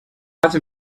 forty